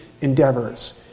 endeavors